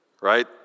right